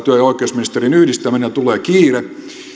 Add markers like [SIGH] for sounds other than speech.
[UNINTELLIGIBLE] työ ja oikeusministerin yhdistäminen oli vähän yllättävä ratkaisu ja tulee kiire